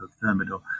Thermidor